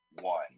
one